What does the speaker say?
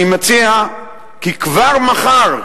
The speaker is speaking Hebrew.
אני מציע כי כבר מחר",